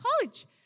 college